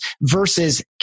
versus